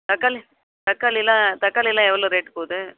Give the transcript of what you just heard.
தக்காளி தக்காளி எல்லாம் தக்காளி எல்லாம் எவ்வளோ ரேட்டு போகுது